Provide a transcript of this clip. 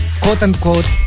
quote-unquote